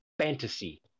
fantasy